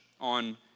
on